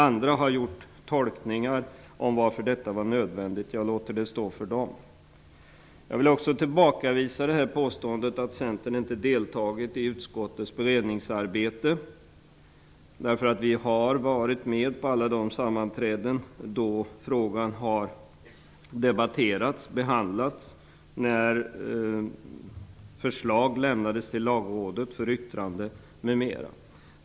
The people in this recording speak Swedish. Andra har gjort tolkningar av varför detta var nödvändigt. Jag låter det stå för dem. Jag vill också tillbakavisa påståendet att Centern inte har deltagit i utskottets beredningsarbete. Vi har varit med på alla de sammanträden på vilka frågan har behandlats, då förslag lämnades till Lagrådet för yttrande, m.m.